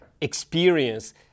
experience